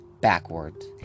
backwards